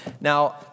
Now